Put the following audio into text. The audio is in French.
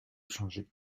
changé